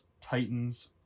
Titans